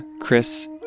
Chris